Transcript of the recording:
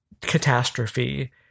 catastrophe